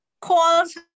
calls